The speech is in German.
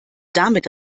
damit